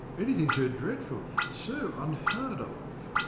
anything so dreadful! so unheard of